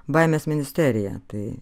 baimės ministerija tai